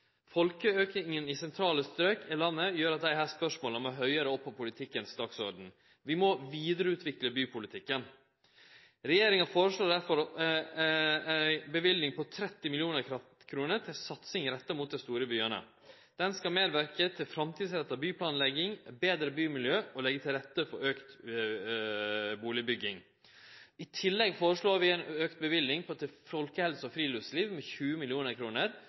Folkeauken i sentrale strøk av landet gjer at desse spørsmåla må høgare opp på den politiske dagsordenen. Vi må vidareutvikle bypolitikken. Regjeringa foreslår derfor ei løyving på 30 mill. kr til satsing retta mot dei store byane. Løyvinga skal medverke til framtidsretta byplanlegging, betre miljø og leggje til rette for auka bustadbygging. I tillegg foreslår vi ei auka løyving til folkehelse og friluftsliv på 20